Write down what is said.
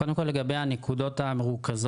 עזבו את הארץ או גורשו מהארץ יחד עם הילד,